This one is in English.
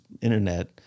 Internet